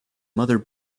mother